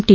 T